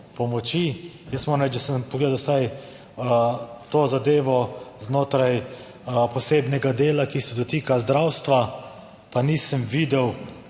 pomoči? Jaz moram reči, da sem pogledal vsaj to zadevo znotraj posebnega dela, ki se dotika zdravstva, pa nisem videl